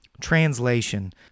Translation